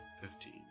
Fifteen